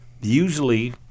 usually